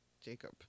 Jacob